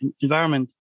environment